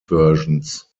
versions